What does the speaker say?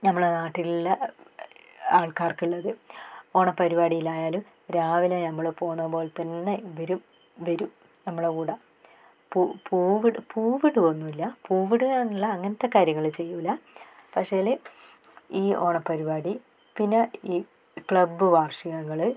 ഞമ്മള നാട്ടിലുള്ള ആൾക്കാർക്കുള്ളൊരു ഓണപരുപാടിയിലായാലും രാവിലെ ഞമ്മൾ പോകുന്ന പോലെ തന്നെ ഇവരും വരും നമ്മളുടെ കൂടെ പു പൂവിടു പൂവിടുവൊന്നുമില്ല പൂവിടുക എന്നില്ല അങ്ങനത്തെ കാര്യങ്ങൾ ചെയ്യൂല പക്ഷേൽ ഈ ഓണപരിപാടി പിന്നെ ഈ ക്ലബ് വാർഷികങ്ങൾ